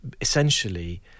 essentially